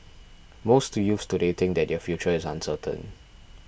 most youths today think that their future is uncertain